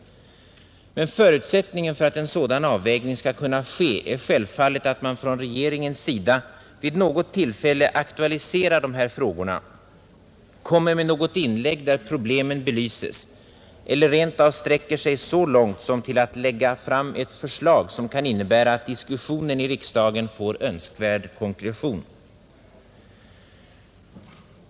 Men förutsättningen för att en sådan avvägning skall kunna ske är självfallet att man från regeringens sida vid något tillfälle aktualiserar dessa frågor, kommer med något inlägg där problemen belyses eller rent av sträcker sig så långt som till att lägga ett förslag som kan innebära att diskussionen i riksdagen får önskvärd konkretion.